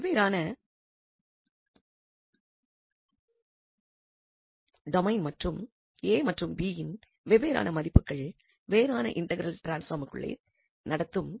வெவ்வேறான டொமைன் மற்றும் a மற்றும் b யின் வெவ்வேறான மதிப்புகள் வேறான இண்டெக்ரல் டிரான்ஸ்பாமுக்குள்ளே நடத்தும்